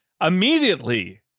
immediately